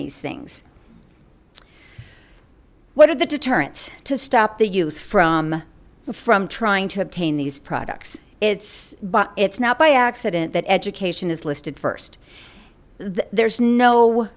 these things what are the deterrence to stop the youth from from trying to obtain these products it's but it's not by accident that education is listed first there's no